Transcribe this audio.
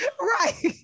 Right